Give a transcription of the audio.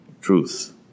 Truth